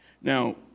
Now